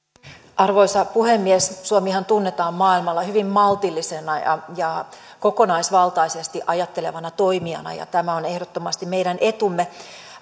arvoisa puhemies suomihan tunnetaan maailmalla hyvin maltillisena ja ja kokonaisvaltaisesti ajattelevana toimijana ja tämä on ehdottomasti meidän etumme